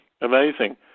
amazing